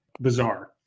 Bizarre